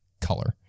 color